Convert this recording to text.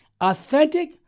authentic